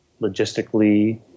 logistically